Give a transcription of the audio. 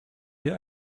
wir